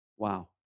Wow